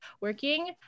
working